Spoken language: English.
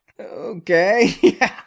Okay